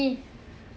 自我们去